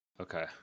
Okay